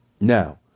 now